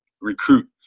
recruit